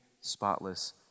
spotless